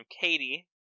Katie